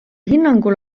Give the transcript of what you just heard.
hinnangul